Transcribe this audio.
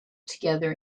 together